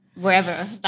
wherever